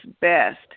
best